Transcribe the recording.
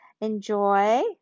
Enjoy